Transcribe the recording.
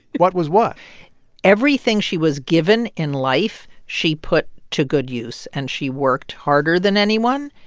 what was what everything she was given in life, she put to good use. and she worked harder than anyone.